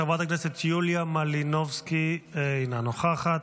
חברת הכנסת יוליה מלינובסקי, אינה נוכחת,